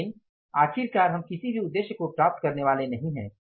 लेकिन आखिरकार हम किसी भी उद्देश्य को प्राप्त करने वाले नहीं हैं